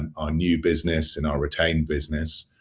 and our new business, and our retained business,